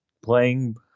playing